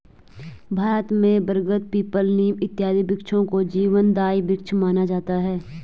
भारत में बरगद पीपल नीम इत्यादि वृक्षों को जीवनदायी वृक्ष माना जाता है